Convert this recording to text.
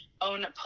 own